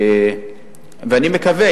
ואני מקווה,